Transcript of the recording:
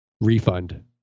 refund